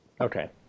Okay